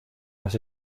las